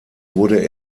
wurde